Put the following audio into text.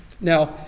Now